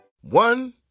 One